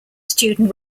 student